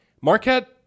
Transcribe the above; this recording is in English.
Marquette